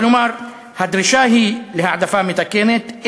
כלומר, הדרישה היא להעדפה מתקנת.